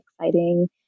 exciting